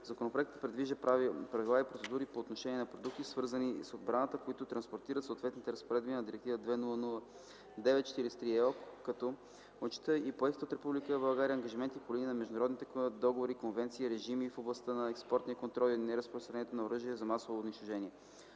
Законопроектът въвежда правила и процедури по отношение на продукти, свързани с отбраната, които транспонират съответните разпоредби на Директива 2009/43/ЕО, като отчита и поетите от Република България ангажименти по линия на международни договори, конвенции и режими в областта на експортния контрол и неразпространението на оръжията за масово унищожение.